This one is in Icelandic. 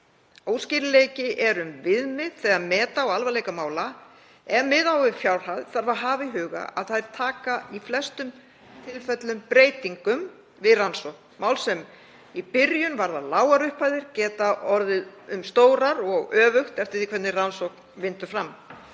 Óskýrleiki er um viðmið þegar meta á alvarleika mála. Ef miða á við fjárhæð þarf að hafa í huga að þær taka í flestum tilfellum breytingum við rannsókn. Mál sem í byrjun varða lágar upphæðir geta farið að snúast um háar upphæðir og öfugt eftir því hvernig rannsókn vindur fram.